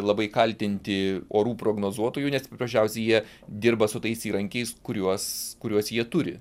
labai kaltinti orų prognozuotojų nes paprasčiausiai jie dirba su tais įrankiais kuriuos kuriuos jie turi